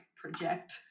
project